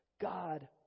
God